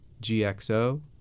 GXO